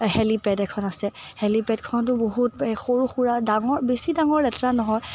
helipad এখন আছে হেলিপেডখনতো বহুত সৰু সুৰা ডাঙৰ বেছি ডাঙৰ লেতেৰা নহয়